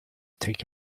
take